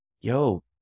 yo